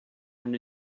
and